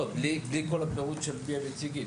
בלי כל הפירוט של מי המציגים.